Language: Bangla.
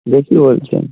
বেশি বলছেন